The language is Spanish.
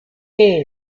qué